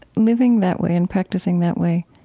living that way and practicing that way,